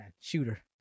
shooter